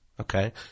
Okay